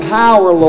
power